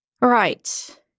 Right